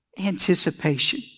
anticipation